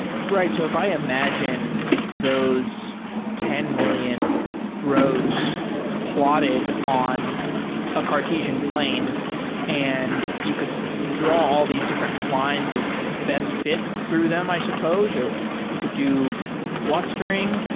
right. so if i imagine those ten million rows plotted on a cartesian plane and you could draw all these different lines of best fi t through them, i suppose, or you could do clustering.